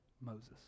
Moses